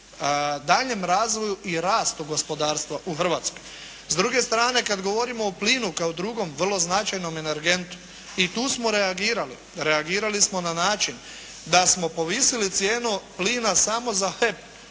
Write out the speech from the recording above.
daljnjem razvoju i rastu gospodarstva u Hrvatskoj. S druge strane, kad govorimo o plinu kao drugom vrlo značajnom energentu i tu smo reagirali. Reagirali smo na način da smo povisili cijenu plina samo za HEP